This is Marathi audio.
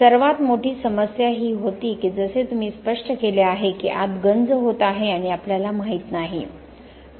सर्वात मोठी समस्या ही होती की जसे तुम्ही स्पष्ट केले आहे की आत गंज होत आहे आणि आपल्याला माहित नाही